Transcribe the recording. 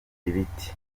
ibiti